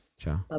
Ciao